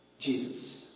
Jesus